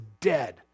dead